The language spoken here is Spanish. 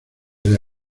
debe